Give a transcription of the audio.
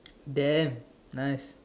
then nice